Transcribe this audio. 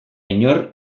inor